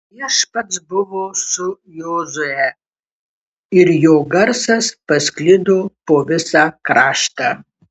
viešpats buvo su jozue ir jo garsas pasklido po visą kraštą